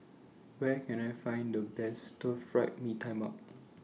Where Can I Find The Best Stir Fried Mee Tai Mak